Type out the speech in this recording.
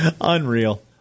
Unreal